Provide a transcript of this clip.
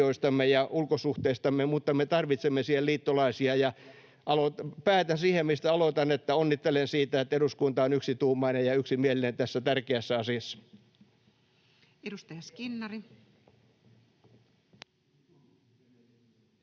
ja ulkosuhteistamme, mutta me tarvitsemme siihen liittolaisia. Päätän siihen, mistä aloitin, eli onnittelen siitä, että eduskunta on yksituumainen ja yksimielinen tässä tärkeässä asiassa. [Jari